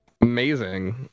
amazing